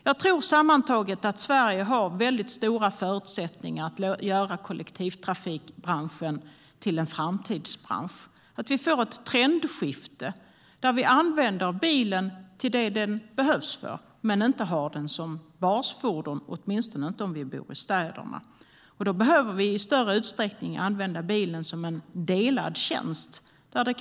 Jag tror sammantaget att Sverige har väldigt goda förutsättningar att göra kollektivtrafikbranschen till en framtidsbransch och få ett trendskifte, så att vi använder bilen till det den behövs för men inte har den som basfordon, åtminstone inte om vi bor i städerna. Då behöver vi i större utsträckning använda delade tjänster för bilen.